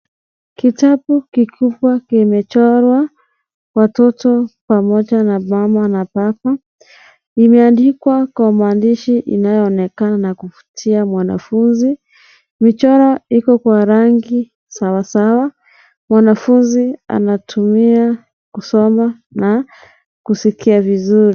Kitabu kikubwa kimechorwa watoto pamoja na mama na baba imeandikwa kwa maandishi inayoonekana kuvutia mwanafunzi michoro iko kwa rangi sawasawa mwanafunzi anatumia kusoma na kusikia vizuri.